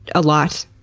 a lot?